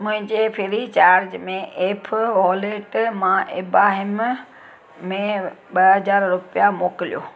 मुंहिंजे free charge में app wallet मां इबाहिम में ॿ हज़ार रुपया मोकिलियो